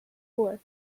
work